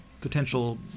potential